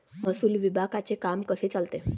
महसूल विभागाचे काम कसे चालते?